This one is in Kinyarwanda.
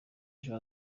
ejo